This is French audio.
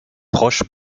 proche